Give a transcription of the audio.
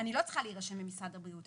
אני לא צריכה להירשם במשרד הבריאות,